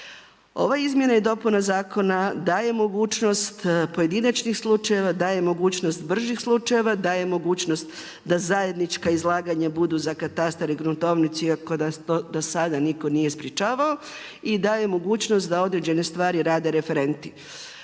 Ove izmjene i dopuna zakona daje mogućnost pojedinačnih slučajeva, daje mogućnost bržih slučajeva, daje mogućnost da zajednička izlaganja budu za katastar i gruntovnicu iako to dosada nitko nije sprječavao, i daje mogućnost da određene stvari rade referenti.